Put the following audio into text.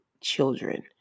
children